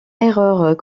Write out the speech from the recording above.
erreur